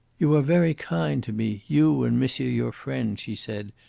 you are very kind to me, you and monsieur your friend, she said,